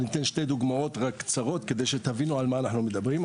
ואני אתן שתי דוגמאות רק קצרות כדי שתבינו על מה אנחנו מדברים.